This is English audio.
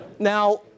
Now